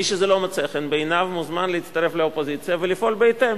מי שזה לא מוצא חן בעיניו מוזמן להצטרף לאופוזיציה ולפעול בהתאם,